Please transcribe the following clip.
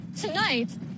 Tonight